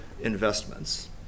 investments